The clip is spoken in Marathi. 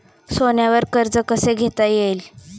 सोन्यावर कर्ज कसे घेता येईल?